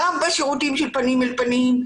גם בשירותים פנים אל פנים,